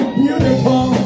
beautiful